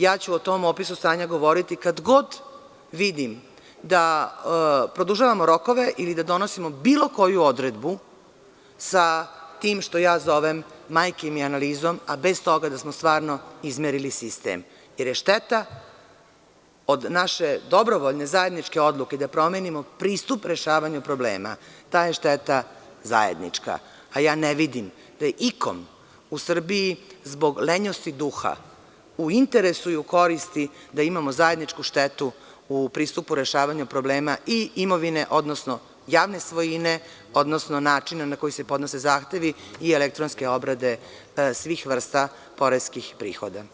Ja ću o tom opisu stanja govoriti kad god vidim da produžavamo rokove ili da donosimo bilo koju odredbu sa tim što ja zovem „majke mi“ analizom, a bez toga da smo stvarno izmerili sistem, jer je šteta od naše dobrovoljne zajedničke odluke da promenimo pristup rešavanju problema, ta je šteta zajednička, a ja ne vidim da je i kom u Srbiji zbog lenjosti duha u interesu i u koristi da imamo zajedničku štetu u pristupu rešavanja problema i imovine, odnosno javne svojine, odnosno načina na koji se podnose zahtevi i elektronske obrade svih vrsta poreskih prihoda.